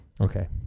Okay